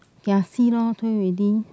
ya see lor I told you already